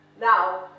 now